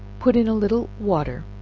put in a little water,